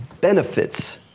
benefits